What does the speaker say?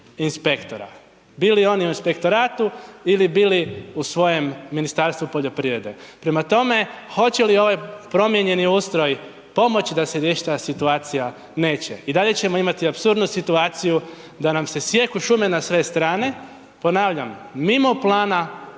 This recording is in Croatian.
inspektora, bilo oni u inspektoratu ili bili u svojem Ministarstvu poljoprivrede. Prema tome, hoće li ovaj promijenjeni ustroj pomoć da se riješi ta situacija, neće, i dalje ćemo imati apsurdnu situaciju da nam se sijeku šume na sve strane, ponavljam, mimo plana,